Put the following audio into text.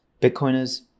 Bitcoiners